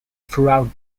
throughout